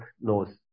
knows